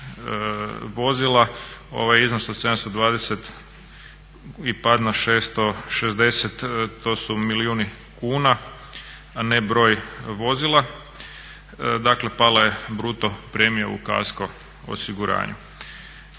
vozila ovaj iznos od 720 i pad na 660 to su milijuni kuna, a ne broj vozila, dakle pala je bruto premija u kasko osiguranju.